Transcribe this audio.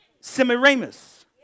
Semiramis